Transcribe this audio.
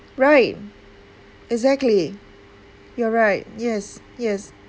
right exactly you are right yes yes